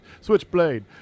Switchblade